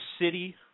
city